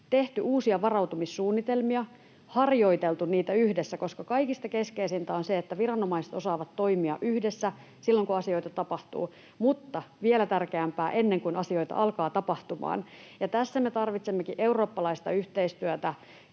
tehty uusia varautumissuunnitelmia — harjoiteltu niitä yhdessä, koska kaikista keskeisintä on se, että viranomaiset osaavat toimia yhdessä silloin, kun asioita tapahtuu, ja — vielä tärkeämpää — ennen kuin asioita alkaa tapahtumaan. Tässä me tarvitsemmekin eurooppalaista yhteistyötä,